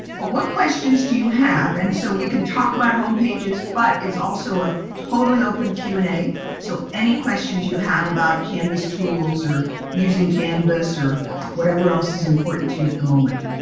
but what questions do you have? and so, we can talk about home pages, but it's also a totally open q and a, so any questions you have about canvas tools or using canvas or whatever else is important to you at the moment.